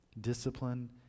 Discipline